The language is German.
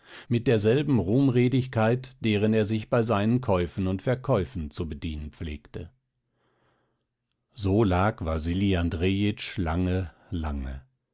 mit derselben ruhmredigkeit deren er sich bei seinen käufen und verkäufen zu bedienen pflegte so lag wasili andrejitsch lange lange